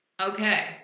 Okay